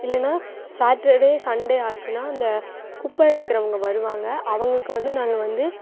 இல்லைனா Saturday Sunday ஆச்சின்னா அந்த குப்பை எடுக்கிறவுங்க வருவாங்க அவங்களுக்கு வந்து நாங்கள் வந்து